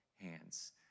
hands